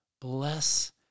bless